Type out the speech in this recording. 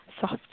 soft